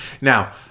now